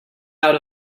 out